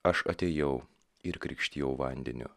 aš atėjau ir krikštijau vandeniu